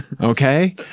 Okay